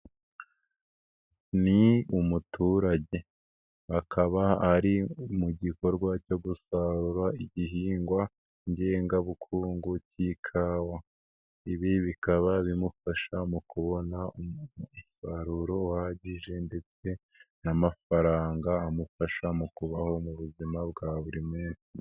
Ni umuturage, akaba ari mu gikorwa cyo gusarura igihingwa, ngengabukungu cy'ikawa, ibi bikaba bimufasha mu kubona umusaruro uhagije ndetse n'amafaranga, amufasha mu kubaho mu buzima bwa buri munsi.